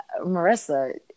marissa